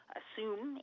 assume